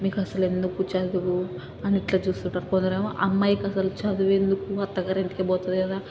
మీకు అసలు ఎందుకు చదువు అని ఇట్లా చూస్తుంటారు కొందరేమో అమ్మాయికి అసలు చదువేందుకు అత్తవారింటికి పోతుంది కదా